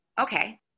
Okay